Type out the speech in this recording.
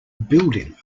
building